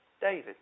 David